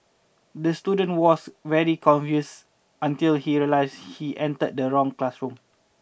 the student was very confuse until he realise he enter the wrong classroom